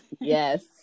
yes